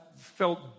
felt